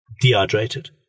dehydrated